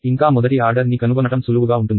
ఇంకా మొదటి ఆర్డర్ ని కనుగొనటం సులువుగా ఉంటుంది